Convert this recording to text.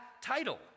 title